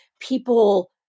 People